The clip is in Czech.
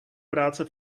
práce